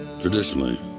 Traditionally